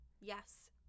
Yes